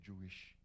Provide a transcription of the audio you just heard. Jewish